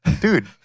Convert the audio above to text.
Dude